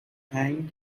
hanged